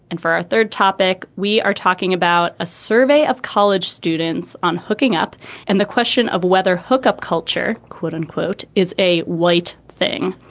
and for our third topic, we are talking about a survey of college students on hooking up and the question of whether hook-up culture, quote unquote, is a white thing.